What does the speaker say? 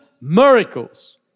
miracles